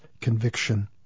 conviction